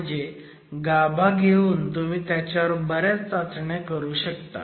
म्हणजे गाभा घेऊन तुम्ही त्याच्यावर बऱ्याच चाचण्या करू शकता